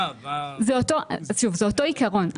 זה אותו, שוב, זה אותו עיקרון.